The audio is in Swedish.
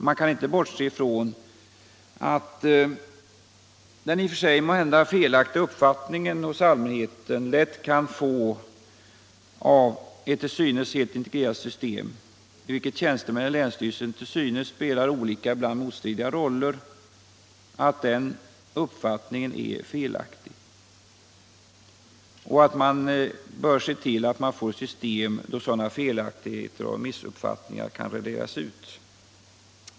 Man kan inte bortse från den i och för sig måhända felaktiga Tisdagen den uppfattning som allmänheten lätt kan få av ett till synes helt integrerat — 25 maj 1976 system, i vilket tjänstemännen i länsstyrelsen förefaller spela olika ibland —— motstridiga roller, och att det bör skapas ett system där sådana felak Regional samhällstigheter och missuppfattningar kan raderas ut.